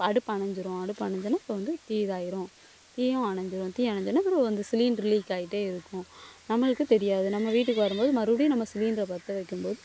அடுப்பு அணைஞ்சிரும் அடுப்பு அணைஞ்சிதுனா இப்போ வந்து தீ இதாயிரும் தீயும் அணைஞ்சிரும் தீ அணைஞ்சோனே பிறவு அந்த சிலிண்ட்ரு லீக் ஆயிட்டே இருக்கும் நம்மளுக்கு தெரியாது நம்ம வீட்டுக்கு வரும் போது மறுபடியும் நம்ம சிலிண்டரை பற்ற வைக்கும் போது